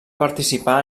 participar